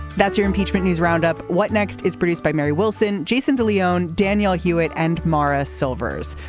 that's your impeachment news roundup. what next is produced by mary wilson jason de leone danielle hewett and mara silvers.